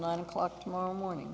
nine o'clock tomorrow morning